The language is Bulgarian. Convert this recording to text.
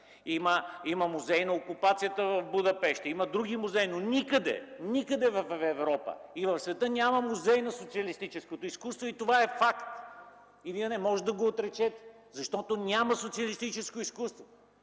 Има Музей на окупацията в Будапеща, има други музеи, но никъде в Европа и в света няма Музей на социалистическото изкуство. Това е факт и Вие не можете да го отречете, защото няма социалистическо изкуство.